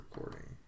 recording